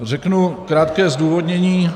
Řeknu krátké zdůvodnění.